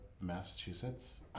Massachusetts